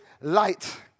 light